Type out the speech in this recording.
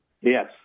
Yes